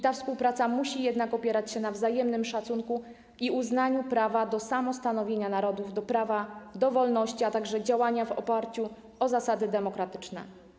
Ta współpraca musi jednak opierać się na wzajemnym szacunku i uznaniu prawa do samostanowienia narodów, prawa do wolności, a także działania w oparciu o zasady demokratyczne.